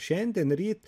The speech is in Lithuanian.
šiandien ryt